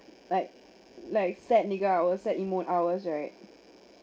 like like set ni~ I will set emo~ hours right